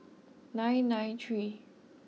nine nine three